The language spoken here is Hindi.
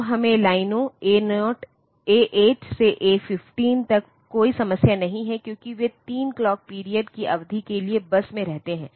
तो हमें लाइनों ए 8 से ए 15 तक कोई समस्या नहीं है क्योंकि वे 3 क्लॉक पीरियड की अवधि के लिए बस में रहते हैं